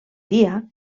dia